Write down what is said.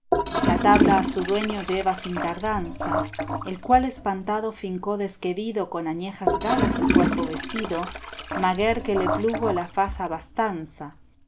la tabla a su dueño lleva sin tardanza el cual espantado fincó desque vido con añejas galas su cuerpo vestido maguer que le plugo la faz abastanza